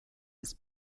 des